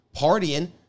partying